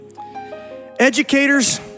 Educators